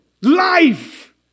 life